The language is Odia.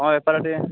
କ'ଣ ବେପାର ଟିକେ